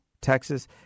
Texas